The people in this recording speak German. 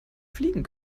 fliegen